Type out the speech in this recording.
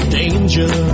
danger